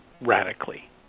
radically